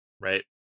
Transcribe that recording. right